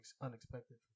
unexpected